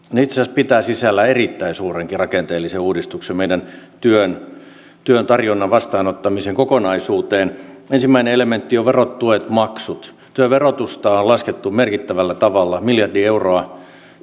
itse asiassa pitävät sisällään erittäin suuren rakenteellisen uudistuksen meidän työn työn tarjonnan ja vastaanottamisen kokonaisuuteen ensimmäinen elementti on verot tuet maksut työn verotusta on on laskettu merkittävällä tavalla miljardi euroa